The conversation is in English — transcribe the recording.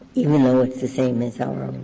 even though it's the same as our